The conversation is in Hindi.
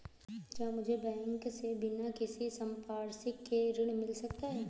क्या मुझे बैंक से बिना किसी संपार्श्विक के ऋण मिल सकता है?